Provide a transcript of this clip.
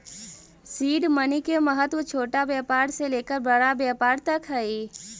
seed money के महत्व छोटा व्यापार से लेकर बड़ा व्यापार तक हई